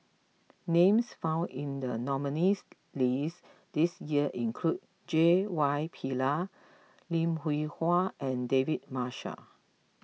names found in the nominees' list this year include J Y Pillay Lim Hwee Hua and David Marshall